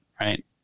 right